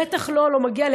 בטח לו לא מגיע,